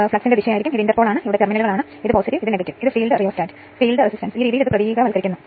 66 Ω ലഭിക്കും ഇവിടെ ഇത് Xe 1 X 1 k 2 X2 ആണ് അതിലേക്ക് വരിക തുടർന്ന് 0